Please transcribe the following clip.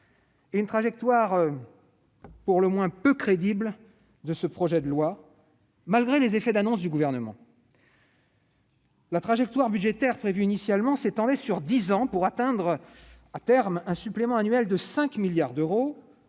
et une trajectoire peu crédible de ce projet de loi, malgré les effets d'annonce du Gouvernement. La trajectoire budgétaire prévue initialement s'étendait sur dix ans pour atteindre, à terme, un supplément annuel de 5 milliards d'euros,